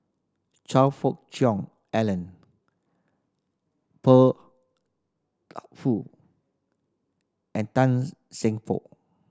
Choe Fook Cheong Alan Fur Fu and Tan Seng For